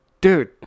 dude